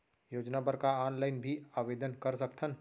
योजना बर का ऑनलाइन भी आवेदन कर सकथन?